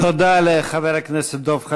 תודה לחבר הכנסת דב חנין.